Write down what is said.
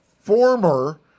former